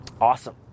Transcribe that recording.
Awesome